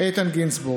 ואיתן גינזבורג,